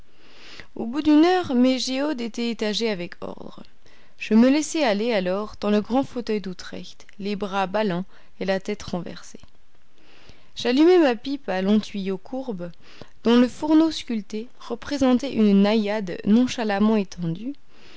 au bout d'une heure mes géodes étaient étagées avec ordre je me laissai aller alors dans le grand fauteuil d'utrecht les bras ballants et la tête renversée j'allumai ma pipe à long tuyau courbe dont le fourneau sculpté représentait une naïade nonchalamment étendue